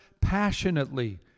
passionately